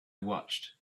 watched